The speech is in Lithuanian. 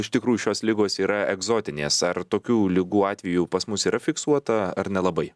iš tikrųjų šios ligos yra egzotinės ar tokių ligų atvejų pas mus yra fiksuota ar nelabai